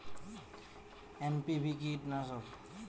NPV কি কীটনাশক?